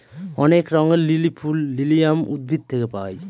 অনেক রঙের লিলি ফুল লিলিয়াম উদ্ভিদ থেকে পায়